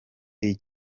iyi